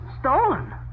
Stolen